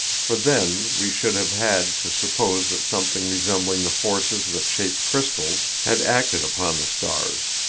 for then we should have had to suppose that something resembling the forces that shape crystals had acted upon the stars,